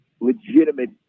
legitimate